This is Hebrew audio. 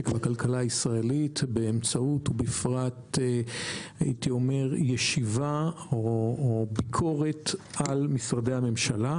והכלכלה הישראלית באמצעות בפרט ישיבה או ביקורת על משרדי הממשלה,